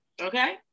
Okay